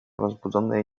rozbudzonej